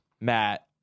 Matt